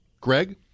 Greg